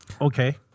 Okay